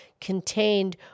contained